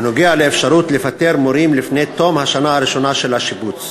בנוגע לאפשרות לפטר מורים לפני תום השנה הראשונה של השיבוץ,